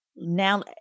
Now